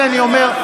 הינה, אני אומר.